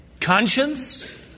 Conscience